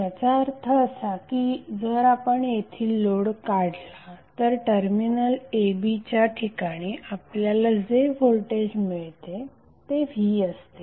याचा अर्थ असा की जर आपण येथील लोड काढला तर टर्मिनल a b च्या ठिकाणी आपल्याला जे व्होल्टेज मिळेल ते V असते